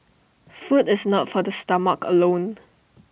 food is not for the stomach alone